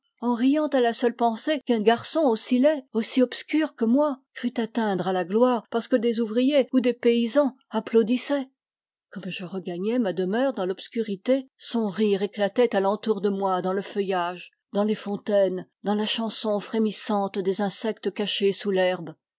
à la seule pensée qu'un garçon aussi laid aussi obscur que moi crût atteindre à la gloire parce que des ouvriers ou des paysans applaudissaient comme je regagnais ma demeure dans l'obscurité son rire éclatait à l'entour de moi dans le feuillage dans les fontaines dans la chanson frémissante des insectes cachés sous l'herbe